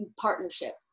partnership